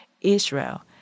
Israel